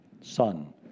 son